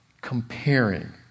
comparing